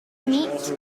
meet